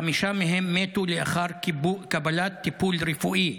חמישה מהם מתו לאחר קבלת טיפול רפואי.